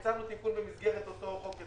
הצענו תיקון במסגרת אותו חוק.